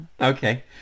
Okay